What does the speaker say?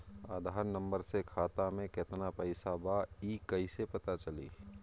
आधार number से खाता में केतना पईसा बा ई क्ईसे पता चलि?